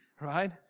Right